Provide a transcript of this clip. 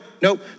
nope